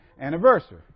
anniversary